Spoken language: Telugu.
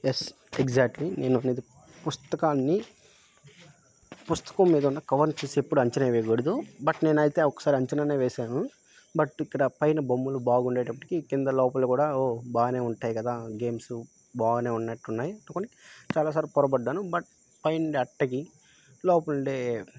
ఎస్ ఎగ్జాక్ట్లీ నేనన్నది పుస్తకాన్ని పుస్తకం మీదున్న కవర్ని చూసి ఎప్పుడూ అంచనా వెయ్యకూడదు బట్ నేనైతే ఒకసారి అంచనానే వేశాను బట్ ఇక్కడ పైన బొమ్మలు బాగుండేటప్పటికీ క్రింద లోపల కూడా ఓ బాగానే ఉంటాయి గదా గేమ్స్ బాగానే ఉన్నట్టున్నాయి అనుకుని చాలా సార్లు పొరబడ్డాను బట్ పైనది అట్టకి లోపలుండే